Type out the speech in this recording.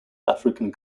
african